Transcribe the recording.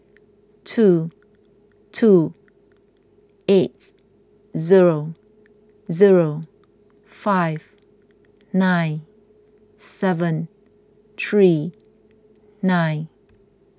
two two eight zero zero five nine seven three nine